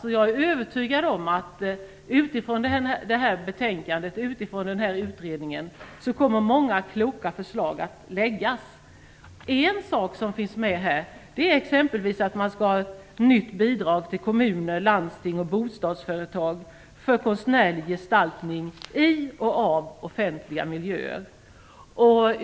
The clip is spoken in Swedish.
Jag är alldeles övertygad om att det utifrån detta betänkande och denna utredning kommer att läggas fram många kloka förslag. Ett förslag som finns med i betänkandet är t.ex. att man skall införa nytt bidrag till kommuner, landsting och bostadsföretag för konstnärlig gestaltning i och av offentliga miljöer.